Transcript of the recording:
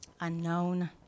unknown